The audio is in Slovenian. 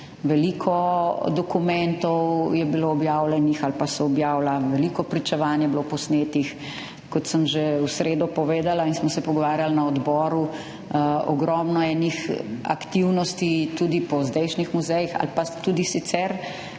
veliko dokumentov je bilo objavljenih ali pa se objavljajo, veliko pričevanj je bilo posnetih. Kot sem že v sredo povedala in smo se pogovarjali na odboru, ogromno enih aktivnosti, tudi po zdajšnjih muzejih ali pa tudi sicer.